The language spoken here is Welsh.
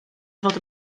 fod